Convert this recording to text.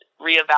reevaluate